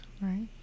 Right